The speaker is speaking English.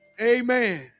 Amen